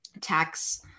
tax